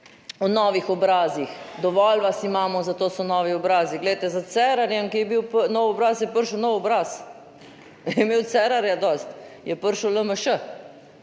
O novih obrazih; dovolj vas imamo, zato so novi obrazi. Glejte, za Cerarjem, ki je bil nov obraz, je prišel nov obraz. Ke imel Cerarja, dosti, je prišel LMŠ.